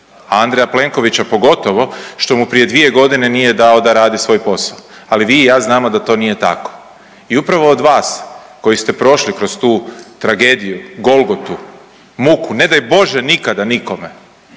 a Andreja Plenkovića pogotovo što mu prije 2.g. nije dao da radi svoj posao, ali vi i ja znamo da to nije tako i upravo od vas koji ste prošli kroz tu tragediju, golgotu, muku, ne daj Bože nikada nikome,